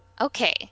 okay